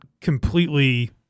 completely